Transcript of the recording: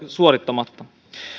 suorittamatta